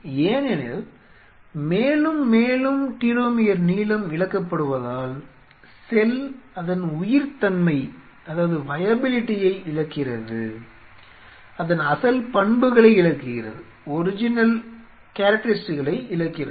ஏனெனில் மேலும் மேலும் டீலோமியர் நீளம் இழக்கப்படுவதால் செல் அதன் உயிர்த்தன்மையை இழக்கிறது அதன் அசல் பண்புகளை இழக்கிறது